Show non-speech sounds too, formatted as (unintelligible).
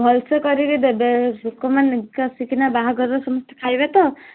ଭଲସେ କରିକି ଦେବେ ଲୋକମାନେ (unintelligible) ଆସିକିନା ବାହାଘରେ ସମସ୍ତେ ଖାଇବେ ତ